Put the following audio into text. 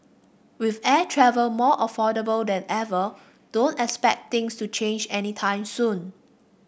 with air travel more affordable than ever don't expect things to change any time soon